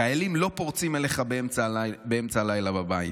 חיילים לא פורצים אליך באמצע הלילה לבית,